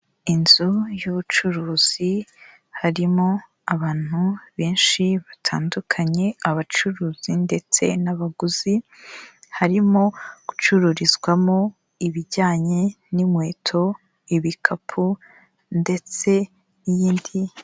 Inzu y'ubucuruzi harimo abantu benshi batandukanye, abacuruzi ndetse n'abaguzi, harimo gucururizwamo ibijyanye n'inkweto, ibikapu ndetse n'indi.